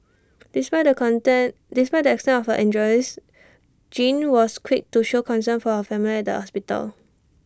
despite the content despite the extent of her injures Jean was quick to show concern for her family at the hospital